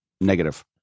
Negative